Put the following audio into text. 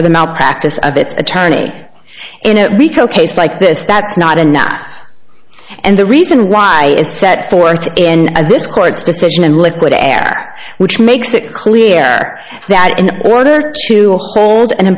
for the malpractise of its attorney in a rico case like this that's not enough and the reason law is set forth in this court's decision and liquid air which makes it clear that in order to hold an